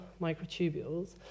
microtubules